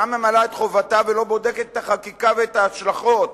אינה ממלאה את חובתה ולא בודקת את החקיקה ואת ההשלכות